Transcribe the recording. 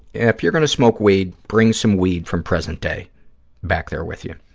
if you're going to smoke weed, bring some weed from present day back there with you.